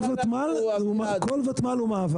כל ותמ"ל הוא מאבק.